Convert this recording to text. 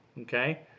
Okay